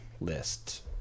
list